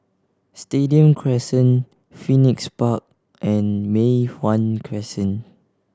Stadium Crescent Phoenix Park and Mei Hwan Crescent